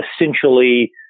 essentially